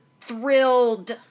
thrilled